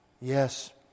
Yes